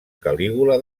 calígula